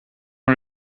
are